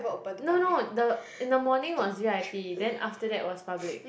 no no the in the morning was v_i_p then after that was public